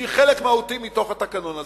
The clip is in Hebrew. שהיא חלק מהותי מתוך התקנון הזה,